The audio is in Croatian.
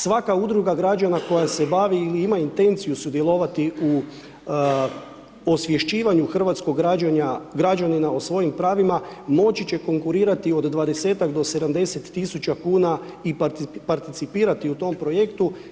Svaka Udruga građana koja se bavi ili ima intenciju sudjelovati u osvješćivanju hrvatskog građanina o svojim pravima, moći će konkurirati od 20-tak do 70.000,00 kn i participirati u tome projektu.